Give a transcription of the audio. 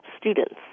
students